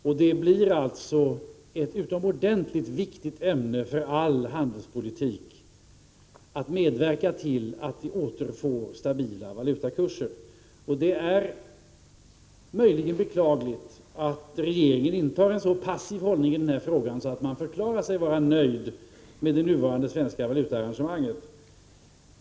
Att medverka till att återfå stabila valutakurser blir alltså en utomordentligt viktig uppgift för all handelspolitik. Det är beklagligt att regeringen intar en så passiv hållning i den här frågan, så att man förklarar sig vara nöjd med det nuvarande svenska valutaarrangemanget.